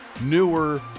newer